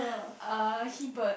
uh he bird